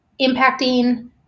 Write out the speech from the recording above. impacting